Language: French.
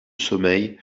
sommeil